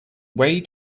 way